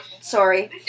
Sorry